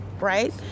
right